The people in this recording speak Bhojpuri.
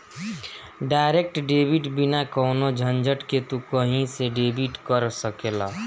डायरेक्ट डेबिट बिना कवनो झंझट के तू कही से डेबिट कर सकेला